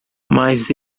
mas